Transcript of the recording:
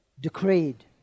decreed